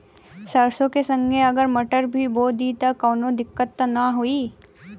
सरसो के संगे अगर मटर भी बो दी त कवनो दिक्कत त ना होय?